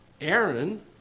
Aaron